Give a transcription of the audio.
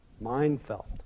mind-felt